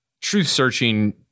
truth-searching